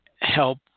help